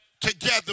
together